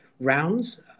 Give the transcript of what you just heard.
rounds